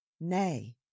Nay